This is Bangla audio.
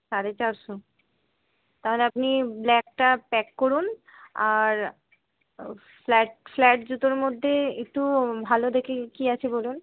সাড়ে চারশো তাহলে আপনি ব্ল্যাকটা প্যাক করুন আর ফ্ল্যাট ফ্ল্যাট জুতোর মধ্যে একটু ভালো দেখে কি আছে বলুন